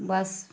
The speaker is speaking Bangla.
বাস